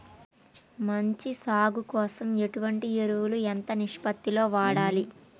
మంచి సాగు కోసం ఎటువంటి ఎరువులు ఎంత నిష్పత్తి లో వాడాలి?